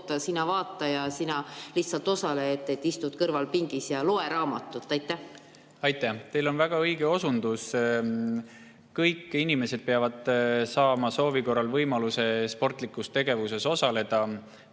sina vaata ja sina lihtsalt osale, istu kõrvalpingis ja loe raamatut? Aitäh! Teil on väga õige osundus. Kõik inimesed peavad saama soovi korral võimaluse sportlikus tegevuses osaleda,